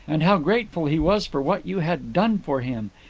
and how grateful he was for what you had done for him,